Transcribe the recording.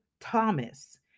Thomas